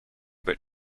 bit